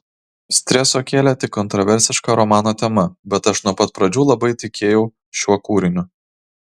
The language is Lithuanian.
streso kėlė tik kontroversiška romano tema bet aš nuo pat pradžių labai tikėjau šiuo kūriniu